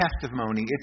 testimony